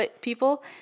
people